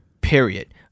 period